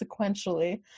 sequentially